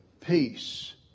peace